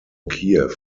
kiew